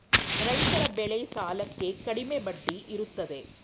ರೈತರ ಬೆಳೆ ಸಾಲಕ್ಕೆ ಕಡಿಮೆ ಬಡ್ಡಿ ಇರುತ್ತದೆ